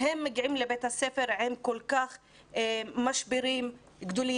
הם מגיעים לבית הספר עם משברים גדולים,